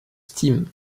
steam